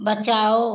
बचाओ